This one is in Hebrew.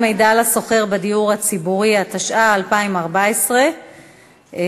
התשע"ג 2013,